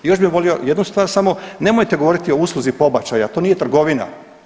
I još bi volio još jednu stvar samo, nemojte govoriti o usluzi pobačaja, to nije trgovina.